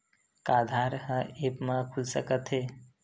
का आधार ह ऐप म खुल सकत हे?